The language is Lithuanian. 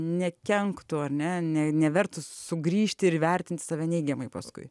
nekenktų ar ne ne nevertų sugrįžti ir vertinti save neigiamai paskui